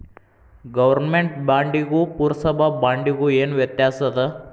government ಬಾಂಡಿಗೂ ಪುರ್ಸಭಾ ಬಾಂಡಿಗು ಏನ್ ವ್ಯತ್ಯಾಸದ